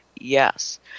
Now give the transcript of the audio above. Yes